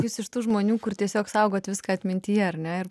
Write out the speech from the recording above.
jūs iš tų žmonių kur tiesiog saugot viską atmintyje ar ne ir